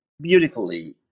beautifully